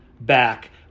back